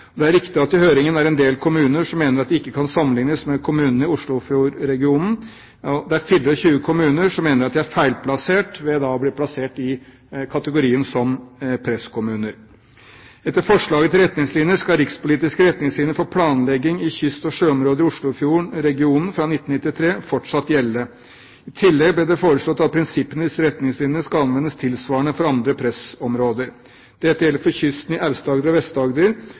Det er riktig at det i høringen var en del kommuner som mente at de ikke kan sammenlignes med kommunene i Oslofjordregionen. Det er 24 kommuner som mener de er feilplassert ved å bli plassert i kategorien presskommuner. Etter forslaget til retningslinjer skal rikspolitiske retningslinjer for planlegging i kyst- og sjøområder i Oslofjordregionen fra 1993 fortsatt gjelde. I tillegg ble det foreslått at prinsippene i retningslinjene skal anvendes tilsvarende for andre pressområder. Dette gjelder for kysten i Aust-Agder og